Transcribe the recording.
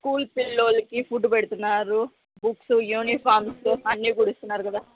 school పిల్లలకి food పెడుతున్నారు books uniforms అన్ని కూడా ఇస్తున్నారు కదా